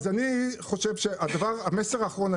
המסר האחרון,